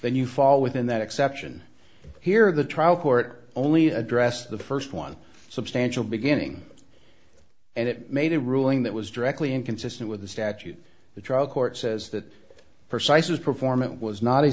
then you fall within that exception here of the trial court only address the st one substantial beginning and it made a ruling that was directly inconsistent with the statute the trial court says that precise was performant was not a